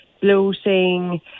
bloating